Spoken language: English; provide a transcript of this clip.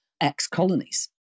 ex-colonies